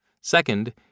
Second